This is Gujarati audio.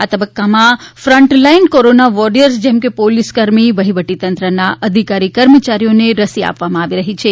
આ તબકકામાં ફન્ટલાઇન કોરોના વોરિયર્સ જેમ કે પોલીસકર્મી વહીવટીતંત્રના અધિકારી કર્મચારીઓને રસી આપવામાં આવી રહી છે